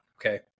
Okay